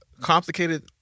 complicated